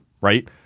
right